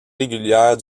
régulière